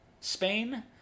Spain